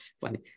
funny